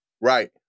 Right